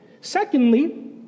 Secondly